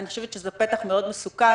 אני חושבת שזה פתח מאוד מסוכן.